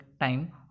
time